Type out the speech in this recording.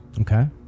Okay